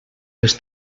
les